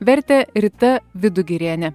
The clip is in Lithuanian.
vertė rita vidugirienė